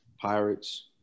Pirates